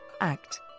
act